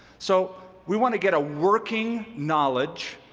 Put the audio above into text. so we want to get a working knowledge